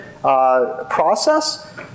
process